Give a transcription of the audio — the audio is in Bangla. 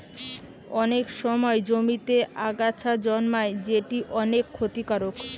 অনেক সময় জমিতে আগাছা জন্মায় যেটি অনেক ক্ষতিকারক